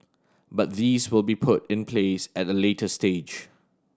but these will be put in place at the later stage